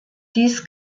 dies